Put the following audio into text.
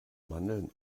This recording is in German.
mandeln